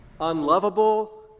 unlovable